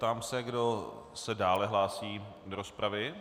Ptám se, kdo se dále hlásí do rozpravy.